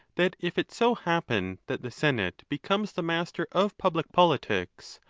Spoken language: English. that if it so happen that the senate becomes the master of public politics,